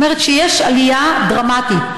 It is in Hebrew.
זאת אומרת שיש עלייה דרמטית.